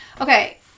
okay